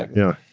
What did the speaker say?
yeah,